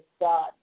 God